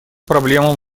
проблемам